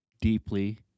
deeply